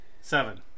Seven